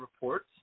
reports